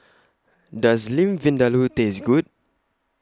Does Lamb Vindaloo Taste Good